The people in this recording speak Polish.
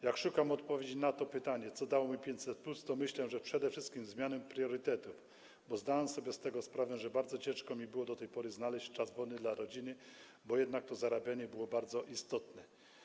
Jak szukam odpowiedzi na to pytanie, co dało mi 500+, to myślę, że przede wszystkim zmianę priorytetów, bo zdałam sobie z tego sprawę, że bardzo ciężko mi było do tej pory znaleźć czas wolny dla rodziny, bo jednak to zarabianie było bardzo istotne.